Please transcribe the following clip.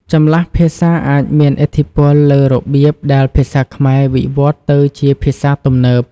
ចម្លាស់ភាសាអាចមានឥទ្ធិពលលើរបៀបដែលភាសាខ្មែរវិវត្តទៅជាភាសាទំនើប។